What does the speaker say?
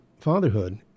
fatherhood